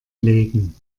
legen